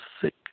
sick